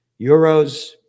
euros